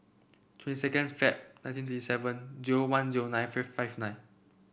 twenty second Feb nineteen thirty seven zero one zero nine fifth five nine